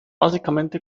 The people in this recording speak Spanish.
básicamente